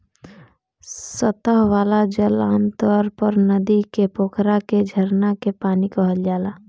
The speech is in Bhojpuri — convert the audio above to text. सतह वाला जल आमतौर पर नदी के, पोखरा के, झरना के पानी कहल जाला